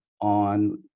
on